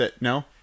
No